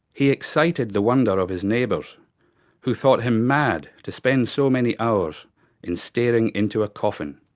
he excited the wonder of his neighbours who thought him mad to spend so many hours in staring into a coffin.